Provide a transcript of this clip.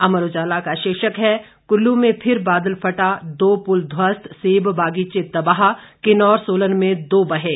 अमर उजाला का शीर्षक है कुल्लू में फिर बादल फटा दो पुल ध्वस्त सेब बगीचे तबाह किन्नौर सोलन में दो बहे